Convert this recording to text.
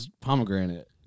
pomegranate